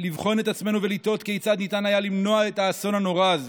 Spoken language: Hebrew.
לבחון את עצמנו ולתהות כיצד ניתן היה למנוע את האסון הנורא הזה,